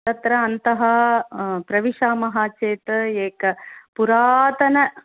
तत्र अन्तः प्रविशामः चेत् एक पुरातन